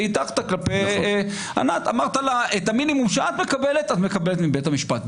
והטחת כלפי ענת שאת המינימום שהיא מקבל היא מקבלת מבית המשפט.